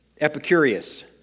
Epicurus